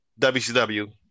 WCW